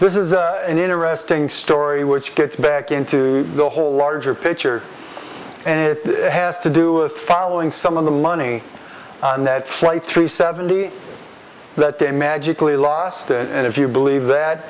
this is an interesting story which gets back into the whole larger picture and has to do with following some of the money on that flight three seventy but then magically last and if you believe that